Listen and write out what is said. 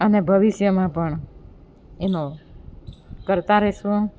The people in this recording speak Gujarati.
અને ભવિષ્યમાં પણ એનો કરતાં રહીશું